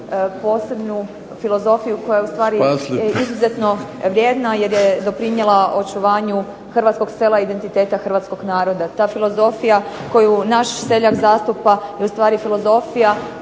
posebnu filozofiju koja je izuzetno vrijedna jer je donijela očuvanju Hrvatskog sela, identiteta Hrvatskog naroda. Ta filozofija koju naš seljak zastupa je zapravo filozofija